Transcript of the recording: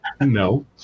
No